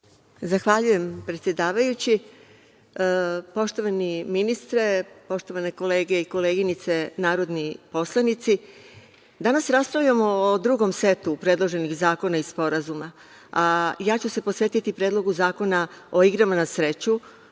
Zahvaljujem predsedavajući. Poštovani ministre, poštovane kolege i koleginice narodni poslanici, danas raspravljamo o drugom setu predloženih zakona i sporazuma. Posvetiću se Predlogu zakona o igrama na sreću,